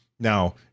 Now